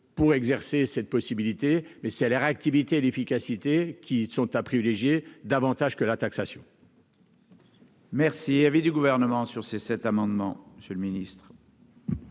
pour exercer cette possibilité mais c'est la réactivité et d'efficacité qui sont à privilégier davantage que la taxation.